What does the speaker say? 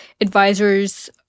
advisors